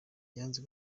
yanze